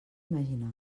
imaginar